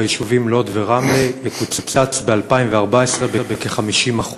ביישובים לוד ורמלה יקוצץ ב-2014 בכ-50%.